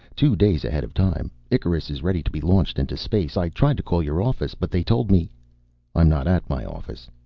two days ahead of time. icarus is ready to be launched into space. i tried to call your office, but they told me i'm not at my office.